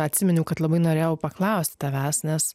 atsiminiau kad labai norėjau paklausti tavęs nes